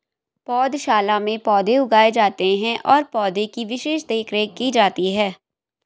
पौधशाला में पौधे उगाए जाते हैं और पौधे की विशेष देखरेख की जाती है